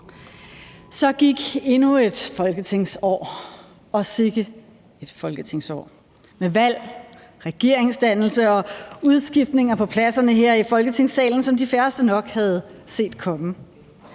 Så gik endnu et folketingsår, og sikke et folketingsår med valg, regeringsdannelse og udskiftninger på pladserne her i Folketingssalen, som de færreste nok havde set komme.